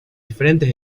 diferentes